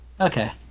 Okay